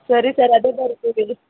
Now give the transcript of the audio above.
ಸರಿ ಸರ್ ಅದೆ